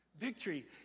Victory